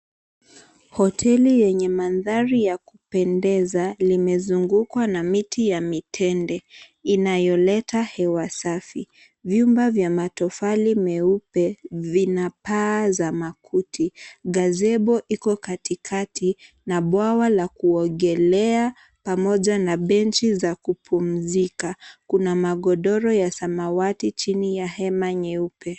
Hoteli yenye mandhari ya kupendeza, limezungukwa na miti ya mitende, inayoleta hewa safi. Vyumba vya matofali meupe vina paa za makuti. Gazebo iko katikati, na bwawa la kuogelea pamoja na benchi za kupumzika. Kuna magodoro ya samawati chini ya hema nyeupe.